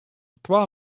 twa